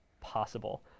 possible